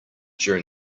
during